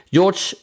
George